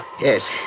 Yes